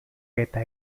eta